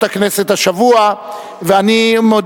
ייתן לי את הסקיצה עם המפה ותוכנית העבודה ואני אשמח